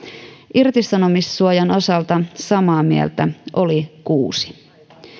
irtisanomissuojan osalta samaa mieltä oli kuusi prosenttia